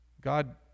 God